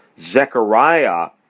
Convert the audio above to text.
Zechariah